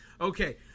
Okay